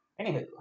anywho